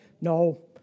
no